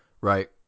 Right